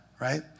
Right